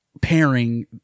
pairing